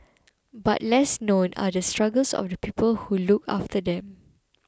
but less known are the struggles of the people who look after them